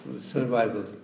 survival